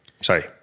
Sorry